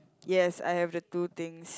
yes I have the two things